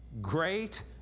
great